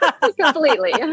completely